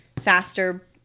faster